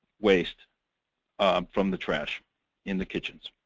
waste from the trash in the kitchens.